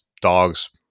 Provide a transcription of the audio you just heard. dogs